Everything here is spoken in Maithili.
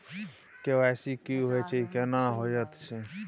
के.वाई.सी की होय छै, ई केना होयत छै?